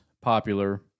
popular